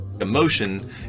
Emotion